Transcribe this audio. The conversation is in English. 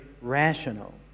rational